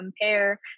compare